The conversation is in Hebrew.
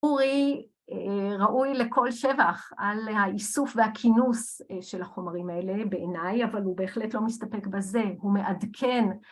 ‫אורי ראוי לכל שבח על האיסוף ‫והכינוס של החומרים האלה בעיניי, ‫אבל הוא בהחלט לא מסתפק בזה, ‫הוא מעדכן.